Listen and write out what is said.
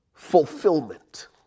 Fulfillment